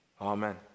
Amen